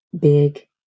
big